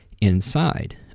inside